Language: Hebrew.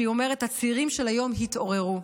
שהיא אומרת: הצעירים של היום התעוררו.